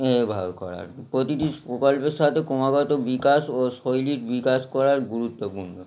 এভাবে করা প্রতিটি প্রকল্পের সাথে ক্রমাগত বিকাশ ও শৈলীর বিকাশ করা গুরুত্বপূর্ণ